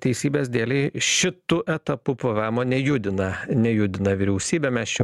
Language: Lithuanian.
teisybės dėlei šitu etapu pvemo nejudina nejudina vyriausybė mes čia